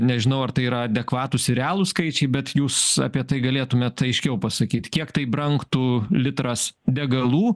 nežinau ar tai yra adekvatūs ir realūs skaičiai bet jūs apie tai galėtumėt aiškiau pasakyt kiek tai brangtų litras degalų